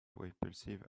repulsive